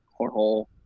Cornhole